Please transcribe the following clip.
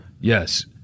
Yes